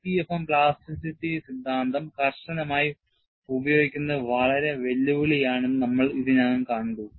EPFM plasticity സിദ്ധാന്തം കർശനമായി ഉപയോഗിക്കുന്നത് വളരെ വെല്ലുവിളിയാണെന്ന് നമ്മൾ ഇതിനകം കണ്ടു